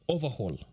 Overhaul